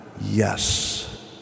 yes